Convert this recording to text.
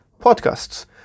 podcasts